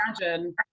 imagine